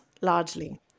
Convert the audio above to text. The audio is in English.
largely